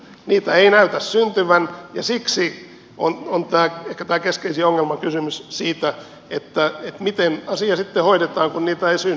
niitä ei näytä syntyvän ja siksi on ehkä tämä keskeisin ongelmakysymys se miten asia sitten hoidetaan kun niitä ei synny